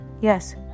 Yes